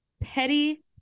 petty